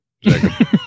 Jacob